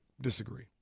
Disagree